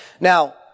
Now